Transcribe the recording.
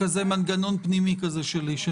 זה מנגנון פנימי שלי.